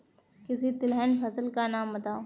किसी तिलहन फसल का नाम बताओ